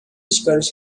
چیکارش